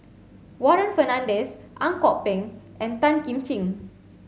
Warren Fernandez Ang Kok Peng and Tan Kim Ching